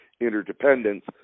interdependence